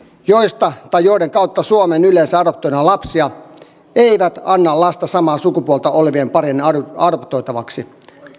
joista tai joiden kautta suomeen yleensä adoptoidaan lapsia eivät anna lasta samaa sukupuolta olevien parien adoptoitavaksi